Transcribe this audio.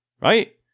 right